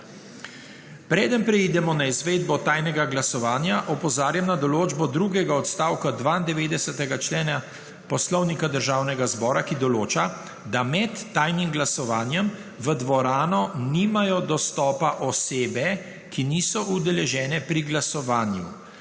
Preden preidemo na izvedbo tajnega glasovanja opozarjam na določbo drugega odstavka 92. člena Poslovnika Državnega zbora, ki določa, da med tajnim glasovanjem v dvorano nimajo dostopa osebe, ki niso udeležene pri glasovanju.